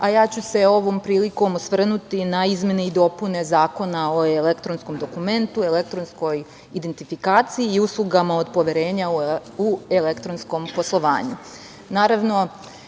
a ja ću se ovom prilikom osvrnuti na izmene i dopune Zakona o elektronskom dokumentu, elektronskoj identifikaciji i uslugama od poverenja u elektronskom poslovanju. Izmene